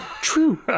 true